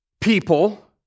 people